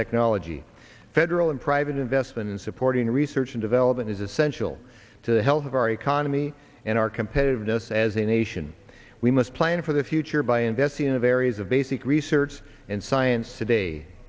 technology federal and private investment in supporting research and development is essential to the health of our economy and our competitiveness as a nation we must plan for the future by investing in of areas of basic research and science today